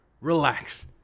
Relax